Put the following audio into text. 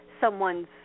someone's